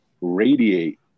radiate